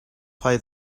play